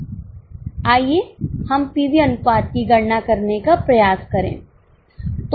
आइए हम पीवी अनुपात की गणना करने का प्रयास करें